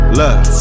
love